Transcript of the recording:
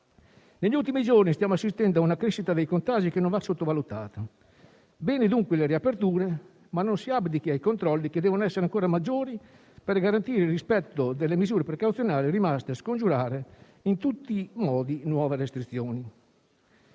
Negli ultimi giorni stiamo assistendo ad una crescita dei contagi, che non va sottovalutata. Bene dunque le riaperture, ma non si abdichi ai controlli, che devono essere ancora maggiori, per garantire il rispetto delle misure precauzionali rimaste a scongiurare in tutti i modi nuove restrizioni.